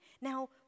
Now